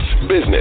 business